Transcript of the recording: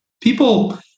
People